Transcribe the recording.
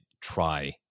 try